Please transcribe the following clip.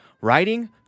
writing